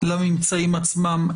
לממצאים עצמם.